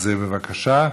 תודה.